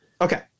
Okay